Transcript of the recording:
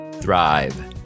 thrive